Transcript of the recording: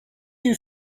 you